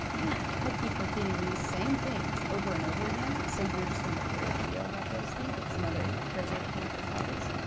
man, i keep repeating these same things over and over again, so you're just gonna create a video about those things, that's another great way to come up with topics.